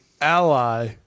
ally